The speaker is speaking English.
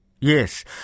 Yes